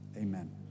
amen